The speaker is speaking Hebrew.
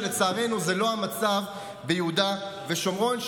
לצערנו זה לא המצב ביהודה ושומרון,